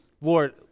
Lord